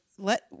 let